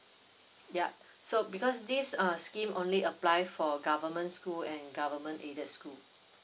yup so because this uh scheme only apply for government school and government aided school